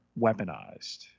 weaponized